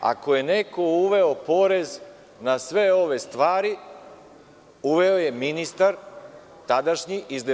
Ako je neko uveo porez na sve ove stvari, uveo je ministar tadašnji iz DS